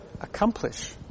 accomplish